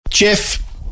Jeff